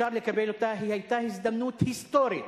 אפשר לקבל אותה, היא היתה הזדמנות היסטורית.